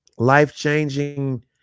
life-changing